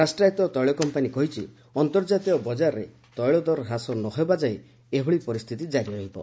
ରାଷ୍ଟ୍ରାୟତ୍ତ ତୈଳ କମ୍ପାନୀ କହିଛି ଅନ୍ତର୍କାତୀୟ ବଜାରରେ ତୈଳ ଦର ହ୍ରାସ ନ ହେବା ଯାଏ ଏଭଳି ପରିସ୍ଥିତି କାରି ରହିବ